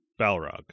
Balrog